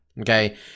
Okay